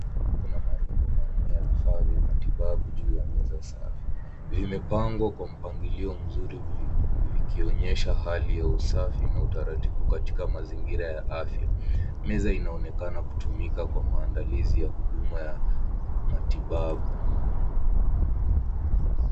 Kuna marundo manne ya vifaa vya matibabu juu ya meza safi. Vimepangwa kwa mpangilio mzuri, vikionyesha hali ya usafi na utaratibu katika mazingira ya afya. Meza inaonekana kutumika kwa maandalizi ya huduma ya matibabu.